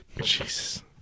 Jesus